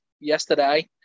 yesterday